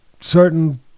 certain